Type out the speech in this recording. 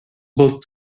both